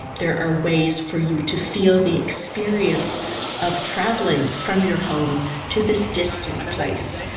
there are ways for you to feel the experience of travelling from your home to this distant place.